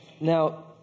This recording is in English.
Now